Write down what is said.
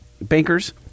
bankers